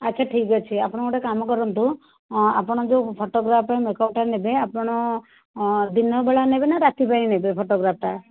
ଆଚ୍ଛା ଠିକ୍ଅଛି ଆପଣ ଗୋଟେ କାମକରନ୍ତୁ ଆପଣ ଯେଉଁ ଫଟୋ ଉଠାଇବା ପାଇଁ ମେକଅପ୍ଟା ନେବେ ଆପଣ ଦିନ ବେଳା ନେବେ ନା ରାତିପାଇଁ ନେବେ ଫଟୋଗ୍ରାଫଟା